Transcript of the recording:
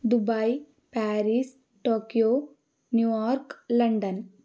Dubai Paris Tokyo New York London